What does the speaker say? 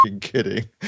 kidding